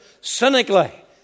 cynically